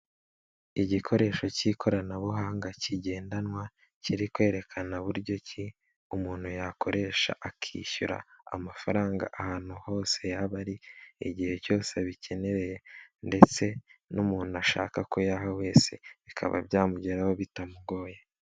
Igikoresho cy'ikoranabuhanga kigendanwa kiri kwerekana buryo ki umuntu yakoresha akishyura amafaranga ahantu hose yaba ari, igihe cyose abikeneye ndetse n'umuntu ashaka ko yaha wese bikaba byamugeraho bitamugoye.